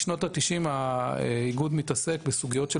משנות ה-90' האיגוד מתעסק בסוגיות של